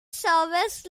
services